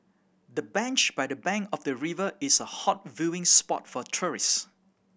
the bench by the bank of the river is a hot viewing spot for tourists